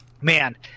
man